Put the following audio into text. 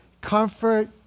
comfort